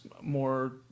more